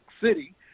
City